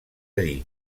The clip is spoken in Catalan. dir